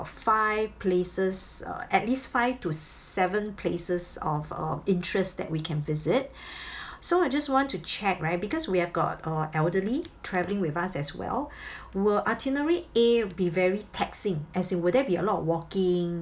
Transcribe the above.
five places uh at least five to seven places of of interest that we can visit so I just want to check right because we have got uh elderly travelling with us as well will itinerary A be very taxing as in will there be a lot walking